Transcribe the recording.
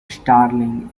starling